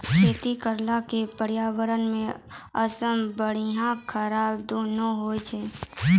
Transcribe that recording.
खेती करे के पर्यावरणो पे असर बढ़िया खराब दुनू होय छै